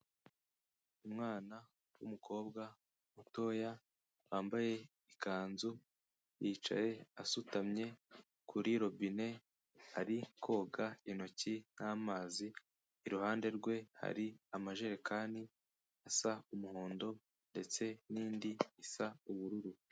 Umwana w'umukobwa mutoya, wambaye ikanzu, yicaye asutamye kuri robine, ari koga intoki n'amazi, iruhande rwe hari amajerekani asa umuhondo, ndetse n'indi isa ubururu.